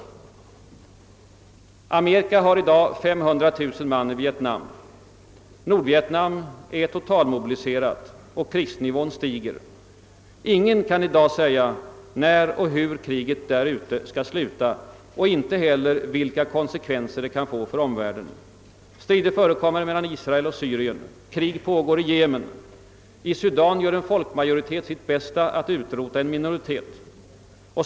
Amerika har i dag 500 000 man i Vietnam. Nordvietnam är totalmobiliserat. Krigsnivån stiger. Ingen kan i dag säga när och hur kriget därute skall sluta och inte heller vilka konsekvenser det kan få för omvärlden. Strider förekommer mellan Israel och Syrien. Krig pågår i Jemen. I Sudan gör en folkmajoritet sitt bästa att utrota en minoritet.